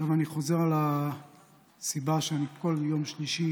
עכשיו אני חוזר לסיבה שבכל יום שלישי